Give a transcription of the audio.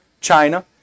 China